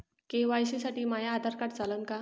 KYC साठी माह्य Aadhaar card चालन का?